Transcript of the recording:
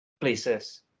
places